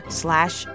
slash